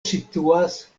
situas